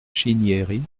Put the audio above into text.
cinieri